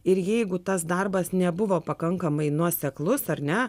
ir jeigu tas darbas nebuvo pakankamai nuoseklus ar ne